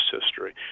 history